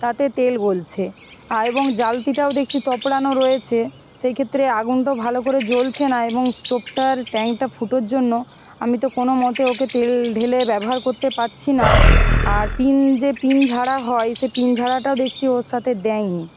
তাতে তেল গলছে এবং জ্বালতিটাও দেখছি তোপড়ানো রয়েছে সেই ক্ষেত্রে আগুনটাও ভালো করে জ্বলছে না এবং স্টোভটার ট্যাঙ্কটা ফুটোর জন্য আমি তো কোনো মতে ওকে তেল ঢেলে ব্যবহার করতে পারছি না আর পিন যে পিন ঝাড়া হয় সে পিন ঝাড়াটাও দেখছি ওর সাথে দেয় নি